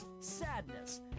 sadness